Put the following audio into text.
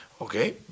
okay